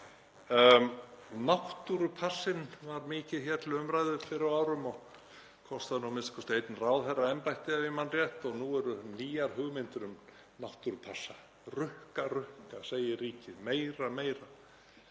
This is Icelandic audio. Náttúrupassinn var mikið hér til umræðu fyrr á árum og kostaði nú a.m.k. einn ráðherra embættið, ef ég man rétt, og nú eru nýjar hugmyndir um náttúrupassa. Rukka, rukka, segir ríkið. Meira, meira.